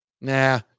nah